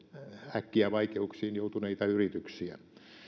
äkkiä vaikeuksiin joutuneita yrityksiä